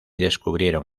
descubrieron